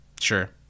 Sure